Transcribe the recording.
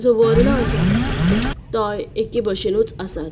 जो वर्ण आसा तोय एके भशेनूच आसा